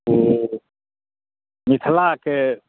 ओ मिथिला के